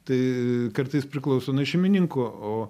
tai kartais priklauso nuo šeimininko o